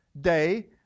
day